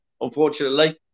unfortunately